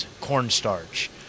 cornstarch